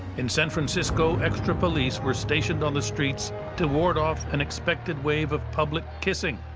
in san francisco, extra police were stationed on the streets to ward off an expected wave of public kissing.